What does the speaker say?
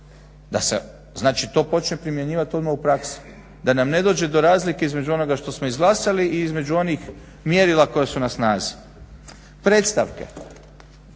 da se znači to počne primjenjivati odmah u praksi, da nam ne dođe do razlike između onoga što smo izglasali i između onih mjerila koja su na snazi. Predstavke.